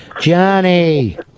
Johnny